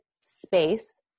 space